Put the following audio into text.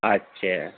اچھا